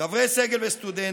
חברי סגל וסטודנטים,